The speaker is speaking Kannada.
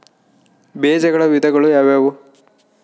ಬೇಜಗಳ ವಿಧಗಳು ಯಾವುವು?